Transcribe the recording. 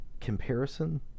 comparison